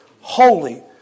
holy